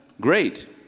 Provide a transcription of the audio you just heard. Great